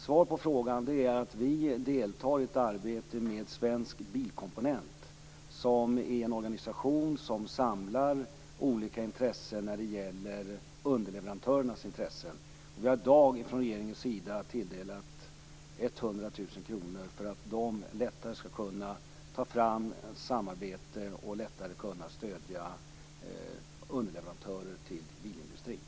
Svar på frågan är att vi deltar i ett arbete med Svensk bilkomponent, som är en organisation som samlar olika underleverantörers intressen. Vi har i dag från regeringens sida tilldelat 100 000 kr för att man lättare skall kunna ta fram samarbeten och lättare kunna stödja underleverantörer till bilindustrin.